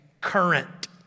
current